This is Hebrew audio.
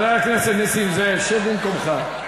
חבר הכנסת נסים זאב, שב במקומך.